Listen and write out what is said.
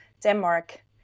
Denmark